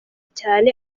cyane